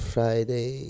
Friday